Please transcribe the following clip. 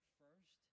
first